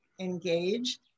engage